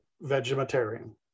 vegetarian